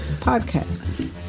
podcast